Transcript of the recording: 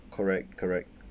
correct correct